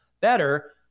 better